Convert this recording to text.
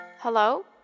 Hello